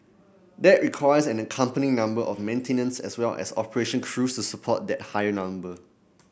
that requires an accompanying number of maintenance as well as operation crews support that higher number